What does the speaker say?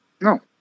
No